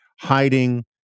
hiding